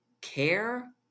care